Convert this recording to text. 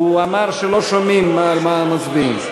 הוא אמר שלא שומעים על מה מצביעים,